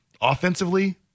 Offensively